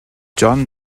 john